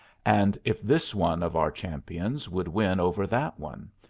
and if this one of our champions would win over that one,